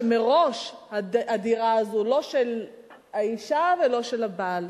שמראש הדירה הזאת לא של האשה ולא של הבעל.